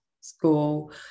school